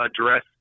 address